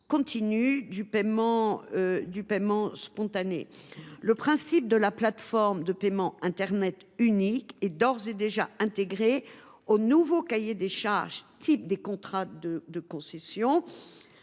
continue du paiement spontané. Le principe de la plateforme de paiement internet unique est d’ores et déjà intégré au nouveau cahier des charges type des contrats de concession.